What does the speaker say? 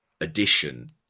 addition